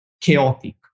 chaotic